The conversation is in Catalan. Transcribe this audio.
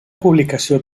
publicació